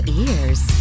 ears